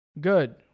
Good